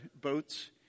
boats